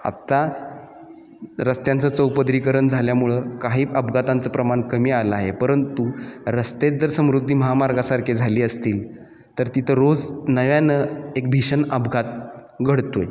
आत्ता रस्त्यांचं चौपदरीकरण झाल्यामुळं काही अपघातांचं प्रमाण कमी आलं आहे परंतु रस्तेच जर समृद्धी महामार्गासारखे झाली असतील तर तिथं रोज नव्यानं एक भीषण अपघात घडतो आहे